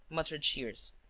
muttered shears.